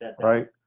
right